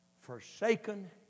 forsaken